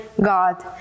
God